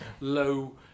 low